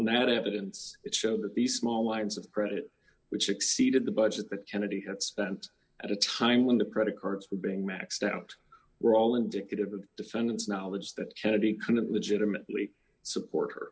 that evidence it showed that the small lines of credit which exceeded the budget that kennedy had spent at a time when the credit cards were being maxed out were all indicative of the defendant's knowledge that kennedy kind of legitimately support her